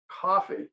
Coffee